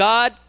God